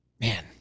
Man